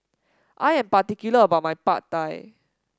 I am particular about my Pad Thai